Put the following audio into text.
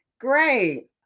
Great